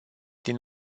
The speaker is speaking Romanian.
din